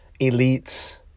elites